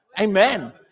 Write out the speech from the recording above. Amen